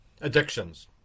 addictions